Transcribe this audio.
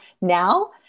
now